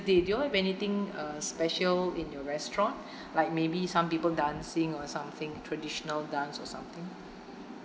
day do you all have anything uh special in your restaurant like maybe some people dancing or something traditional dance or something